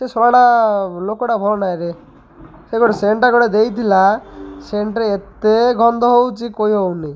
ସେ ଶଳାଟା ଲୋକଟା ଭଲ ନାଇଁରେ ସେ ଗୋଟେ ସେଣ୍ଟ୍ଟା ଗୋଟେ ଦେଇଥିଲା ସେଣ୍ଟ୍ରେ ଏତେ ଗନ୍ଧ ହେଉଛି କହିବାକୁ ନାଇଁ